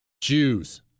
Jews